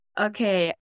okay